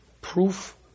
proof